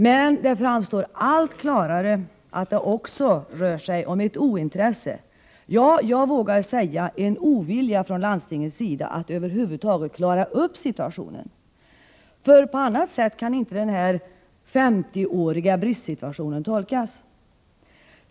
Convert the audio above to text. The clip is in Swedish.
Men det framstår allt klarare att det också rör sig om ett ointresse — ja, jag vågar säga en ovilja — från landstingens sida att över huvud taget klara upp situationen. På annat sätt kan inte denna 50-åriga ”bristsituation” tolkas.